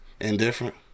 Indifferent